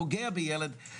פוגע בילד.